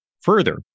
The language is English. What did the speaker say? Further